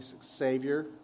Savior